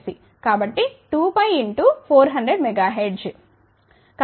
కాబట్టి 2π x 400 MHz